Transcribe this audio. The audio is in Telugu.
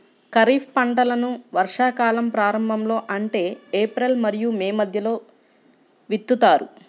ఖరీఫ్ పంటలను వర్షాకాలం ప్రారంభంలో అంటే ఏప్రిల్ మరియు మే మధ్యలో విత్తుతారు